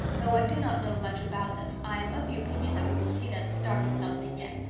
though i do not know much about them, i am of the opinion that we will see them starting something yet,